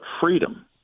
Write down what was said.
freedom